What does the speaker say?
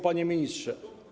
Panie Ministrze!